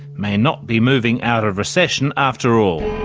may not be moving out of recession after all.